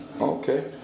okay